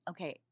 Okay